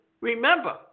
remember